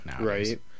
Right